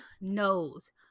knows